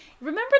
remember